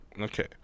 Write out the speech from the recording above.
okay